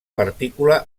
partícula